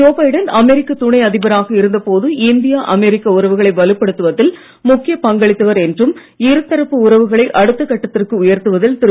Joe Biden அமெரிக்க துணை அதிபராக இருந்த போது இந்தியா அமெரிக்க உறவுகளை வலுப்படுத்துவதில் முக்கிய பங்களித்தவர் என்றும் இருதரப்பு உறவுகளை அடுத்த கட்டத்திற்கு உயர்த்துவதில் திரு